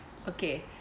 okay